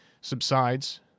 subsides